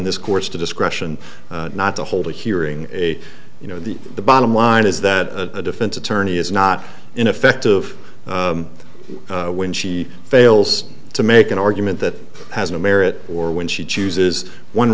this court's to discretion not to hold a hearing a you know the bottom line is that a defense attorney is not ineffective when she fails to make an argument that has no merit or when she chooses one